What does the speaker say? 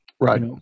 Right